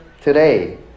today